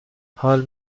حال